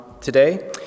today